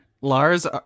lars